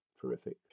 terrific